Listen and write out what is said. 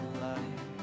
life